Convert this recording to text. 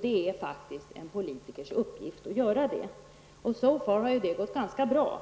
Det är faktiskt en politikers uppgift att göra det. Så länge har det gått ganska bra.